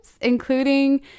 including